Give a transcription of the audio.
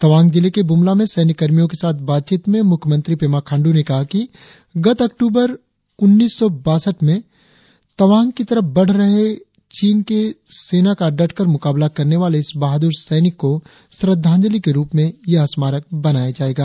तवांग जिले के बुमला में सैन्य कर्मियों के साथ बातचीत में मुख्यमंत्री पेमा खांड्र ने कहा कि गत अक्टूबर उन्नीस सौ बासठ में तवांग की तरफ बढ़ रहे चीन के सेना का डटकर मुकाबला करने वाले इस बहादूर सैनिक को श्रद्धाजंली के रुप में यह स्मारक बनाया जायेगा